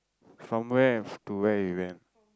from where to where you went